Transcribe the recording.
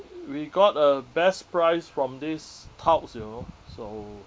we got a best price from this touts you know so